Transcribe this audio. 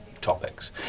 topics